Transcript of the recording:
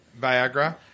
Viagra